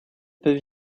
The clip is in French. peut